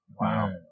Wow